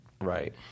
Right